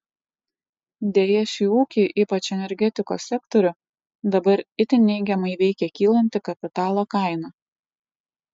deja šį ūkį ypač energetikos sektorių dabar itin neigiamai veikia kylanti kapitalo kaina